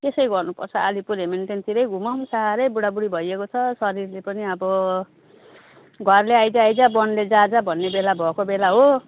त्यसै गर्नुपर्छ अलिपुर हेमिल्टनतिरै घुमौँ साह्रै बुढाबुढी भइएको छ शरीरले पनि अब घरले आइज आइज बनले जहाँ जहाँ भन्ने बेला भएको बेला हो